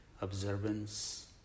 observance